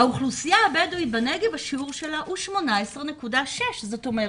האוכלוסייה הבדואית בנגב השיעור שלה הוא 18.6. זאת אומרת,